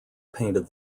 painted